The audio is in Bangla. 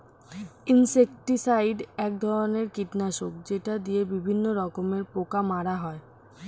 ইনসেক্টিসাইড এক ধরনের কীটনাশক যেটা দিয়ে বিভিন্ন রকমের পোকা মারা হয়